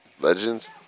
legends